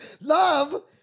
Love